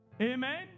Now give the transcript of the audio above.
Amen